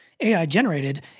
AI-generated